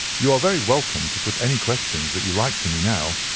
you are very welcome to put any questions that you like to me now,